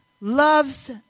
loves